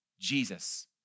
Jesus